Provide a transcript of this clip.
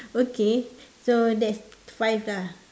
okay so that's five lah